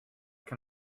can